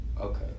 okay